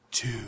Two